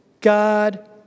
God